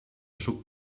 suc